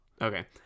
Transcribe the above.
okay